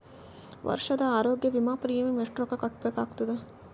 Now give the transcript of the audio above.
ವರ್ಷದ ಆರೋಗ್ಯ ವಿಮಾ ಪ್ರೀಮಿಯಂ ಎಷ್ಟ ರೊಕ್ಕ ಕಟ್ಟಬೇಕಾಗತದ?